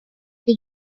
que